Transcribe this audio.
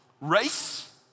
race